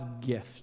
gift